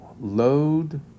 load